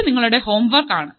ഇത് നിങ്ങളുടെ ഹോംവർക് ആണ്